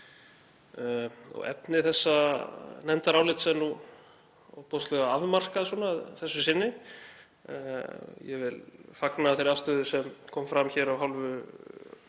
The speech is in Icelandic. Efni þessa nefndarálits er ofboðslega afmarkað að þessu sinni. Ég vil fagna þeirri afstöðu sem kom fram hér af hálfu